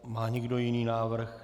Má někdo jiný návrh?